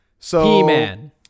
He-Man